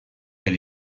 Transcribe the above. elle